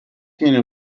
tiene